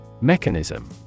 Mechanism